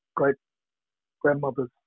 great-grandmother's